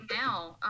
now